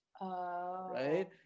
right